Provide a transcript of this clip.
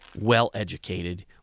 well-educated